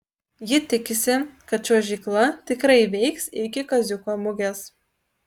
ji tikisi kad čiuožykla tikrai veiks iki kaziuko mugės